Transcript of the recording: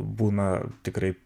būna tikrai